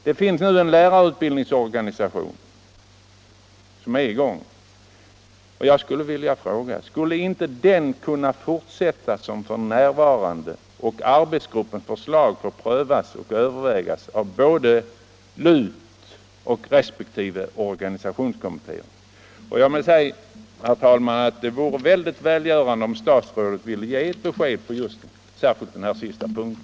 Det finns nu en fungerande lärarutbildningsorganisation, och jag skulle vilja fråga om inte den skulle kunna fortsätta som f. n. och arbetsgruppens förslag få prövas och övervägas av både LUT och resp. organisationskommitté. Jag vill säga, herr talman, att det vore välgörande om statsrådet ville ge besked, särskilt på den sista punkten.